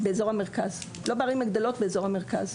לא בערים הגדולות אלא באזור המרכז.